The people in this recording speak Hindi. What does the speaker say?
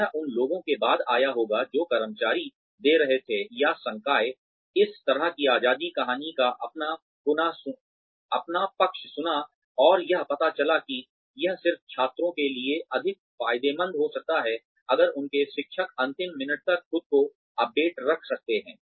यह उन लोगों के बाद आया होगा जो कर्मचारी दे रहे थे या संकाय इस तरह की आज़ादी कहानी का अपना पक्ष सुना और यह पता चला कि यह सिर्फ छात्रों के लिए अधिक फ़ायदेमंद हो सकता है अगर उनके शिक्षक अंतिम मिनट तक खुद को अपडेट रख सकता था